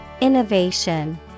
Innovation